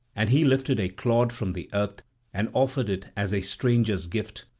and he lifted a clod from the earth and offered it as a stranger's gift,